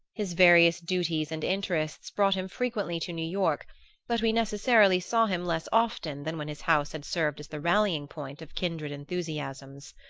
his various duties and interests brought him frequently to new york but we necessarily saw him less often than when his house had served as the rallying-point of kindred enthusiasms.